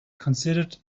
considered